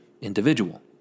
individual